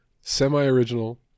semi-original